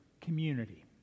community